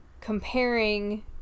comparing